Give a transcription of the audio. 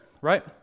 right